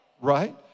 right